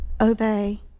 obey